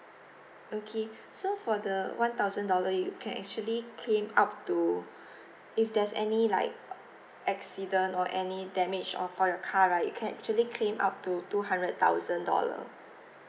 okay so for the one thousand dollar you can actually claim up to if there's any like accident or any damage or for your car right you can actually claim up to two hundred thousand dollar